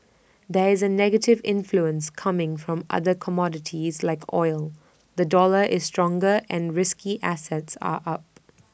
there is A negative influence coming from other commodities like oil the dollar is stronger and risky assets are up